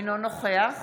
אינו נוכח